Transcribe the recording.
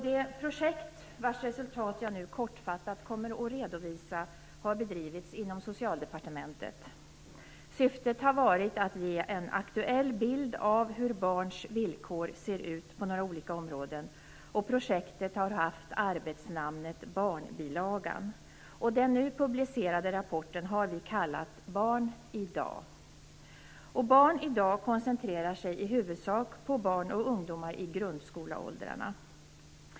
Det projekt vars resultat jag nu kortfattat kommer att redovisa har bedrivits inom Socialdepartementet. Syftet har varit att ge en aktuell bild av hur barns villkor ser ut på några olika områden. Projektet har haft arbetsnamnet Barnbilagan. Den nu publicerade rapporten har vi kallat Barn idag. Barn idag koncentrerar sig i huvudsak på barn och ungdomar i grundskoleåldrarna.